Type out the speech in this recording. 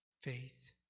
Faith